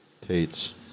Tate's